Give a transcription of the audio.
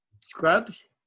Scrubs